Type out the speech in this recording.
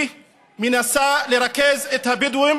היא מנסה לרכז את הבדואים